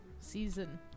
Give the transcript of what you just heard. season